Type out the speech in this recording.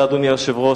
אדוני היושב-ראש,